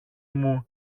μου